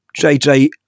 JJ